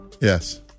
Yes